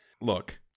Look